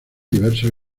diversos